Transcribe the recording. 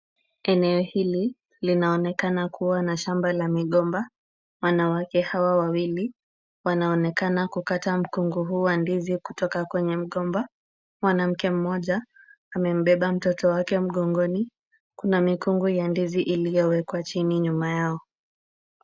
Eneo hili linaonekana kuwa na shamba la migomba. Wanawake hawa wawili wanaonekana kukata mkonga huu wa ndizi kutoka kwenye mgomba. Mwanamke mmoja amembeba mtoto wake mgongoni. Kuna mipango ya ndizi iliyowekwa chini nyuma yao.